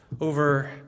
over